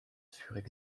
furent